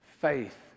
Faith